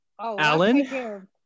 Alan